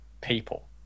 people